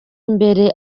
imbere